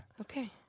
Okay